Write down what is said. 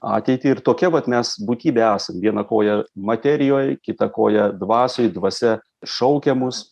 ateitį ir tokia vat mes būtybė esam viena koja materijoj kita koja dvasioj dvasia šaukia mus